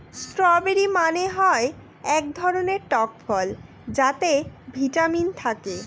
strawberry মানে হয় এক ধরনের টক ফল যাতে ভিটামিন থাকে